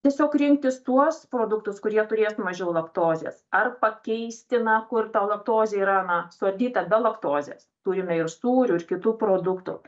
tiesiog rinktis tuos produktus kurie turės mažiau laktozės ar pakeisti na kur ta laktozė yra na suardyta be laktozės turime ir sūrių ir kitų produktų